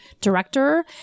director